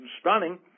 stunning